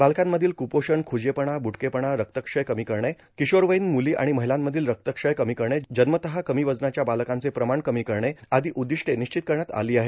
बालकांमधील कुपोषण खुजेपणा बुटकेपणा रक्तक्षय कमी करणे किशोरवयीन मुली आणि महिलांमधील रक्तक्षय कमी करणे जन्मतः कमी वजनाच्या बालकांचे प्रमाण कमी करणे आदी उद्दिष्ट्वे निश्चित करण्यात आली आहेत